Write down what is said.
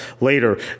later